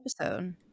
episode